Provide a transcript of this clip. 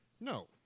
No